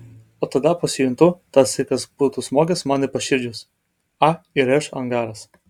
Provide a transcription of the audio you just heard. o tada pasijuntu tarsi kas būtų smogęs man į paširdžius a ir š angaras